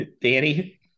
Danny